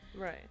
Right